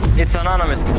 it's anonymous.